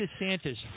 DeSantis